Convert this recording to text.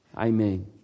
amen